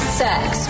sex